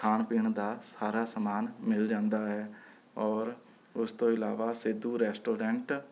ਖਾਣ ਪੀਣ ਦਾ ਸਾਰਾ ਸਮਾਨ ਮਿਲ ਜਾਂਦਾ ਹੈ ਔਰ ਉਸ ਤੋਂ ਇਲਾਵਾ ਸਿੱਧੂ ਰੈਸਟੋਰੈਂਟ